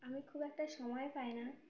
আমি খুব একটা সময় পাই না